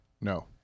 No